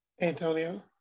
Antonio